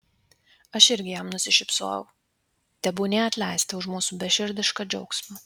aš irgi jam nusišypsojau tebūnie atleista už mūsų beširdišką džiaugsmą